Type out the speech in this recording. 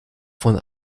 von